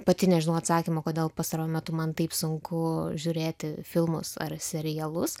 pati nežinau atsakymo kodėl pastaruoju metu man taip sunku žiūrėti filmus ar serialus